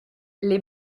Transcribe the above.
les